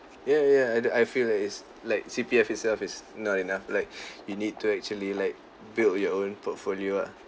yeah yeah yeah and I feel like is like C_P_F itself is not enough like you need to actually like build your own portfolio ah